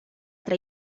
tra